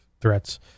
Threats